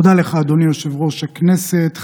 תודה לך, אדוני יושב-ראש הכנסת.